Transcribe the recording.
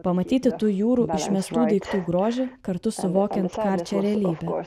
pamatyti tų jūrų išmestų daiktų grožį kartu suvokiant karčią realybę